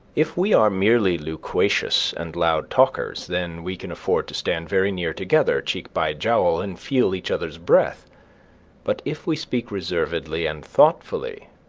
if we are merely loquacious and loud talkers, then we can afford to stand very near together, cheek by jowl, and feel each other's breath but if we speak reservedly and thoughtfully,